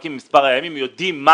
מחלקים למספר ימים ויודעים.